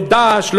לא ד"ש,